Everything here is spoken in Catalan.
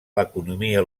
l’economia